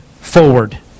forward